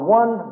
one